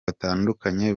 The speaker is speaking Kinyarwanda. batandukanye